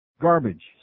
Garbage